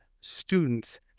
students